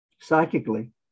psychically